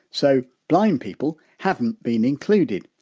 so, blind people haven't been included.